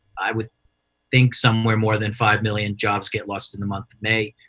i would think somewhere more than five million jobs get lost in the month of may.